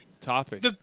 topic